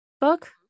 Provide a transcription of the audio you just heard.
book